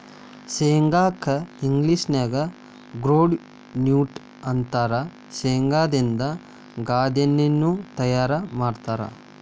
ಶೇಂಗಾ ಕ್ಕ ಇಂಗ್ಲೇಷನ್ಯಾಗ ಗ್ರೌಂಡ್ವಿ ನ್ಯೂಟ್ಟ ಅಂತಾರ, ಶೇಂಗಾದಿಂದ ಗಾಂದೇಣ್ಣಿನು ತಯಾರ್ ಮಾಡ್ತಾರ